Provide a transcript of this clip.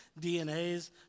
DNAs